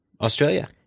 Australia